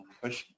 question